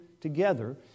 together